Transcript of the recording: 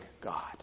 God